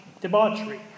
debauchery